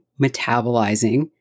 metabolizing